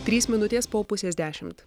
trys minutės po pusės dešimt